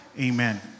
amen